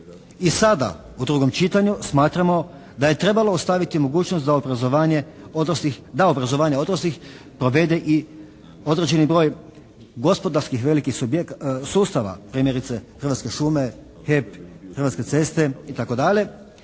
i sada u drugom čitanju smatramo da je trebalo ostaviti mogućnost da obrazovanje odraslih provede i određeni broj gospodarskih velikih sustava, primjerice Hrvatske šume, HEP, Hrvatske ceste itd.